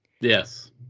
Yes